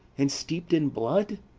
and steep'd in blood?